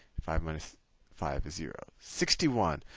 five minus five is zero. sixty one.